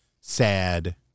sad